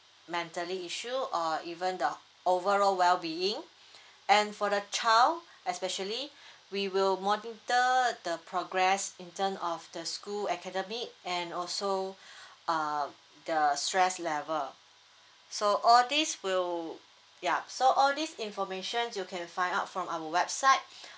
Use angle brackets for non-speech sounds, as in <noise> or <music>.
mentally issue or even the overall wellbeing <breath> and for the child especially <breath> we will monitor the progress in term of the school academic and also <breath> uh the stress level so all these will ya so all these information you can find out from our website <breath>